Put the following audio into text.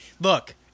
look